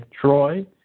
Troy